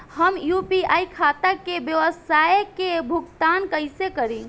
हम यू.पी.आई खाता से व्यावसाय के भुगतान कइसे करि?